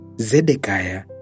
Zedekiah